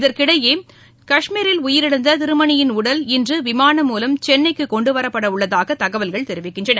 இதற்கிடையே கஷ்மீரில் உயிரிழந்த திருமணியின் உடல் இன்று விமானம் மூலம் சென்னைக்கு கொண்டுவரப்படவுள்ளதாக தகவல்கள் தெரிவிக்கின்றன